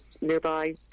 nearby